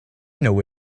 know